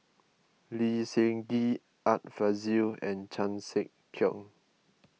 Lee Seng Gee Art Fazil and Chan Sek Keong